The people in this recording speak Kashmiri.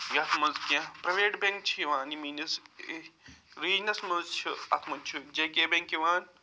یَتھ منٛز کیٚنٛہہ پرٛایویٹ بینٛک چھِ یِوان یِم میٛٲنِس ویٖنس منٛز چھِ اَتھ منٛز چھِ جے کے بینٛک یِوان